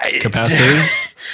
capacity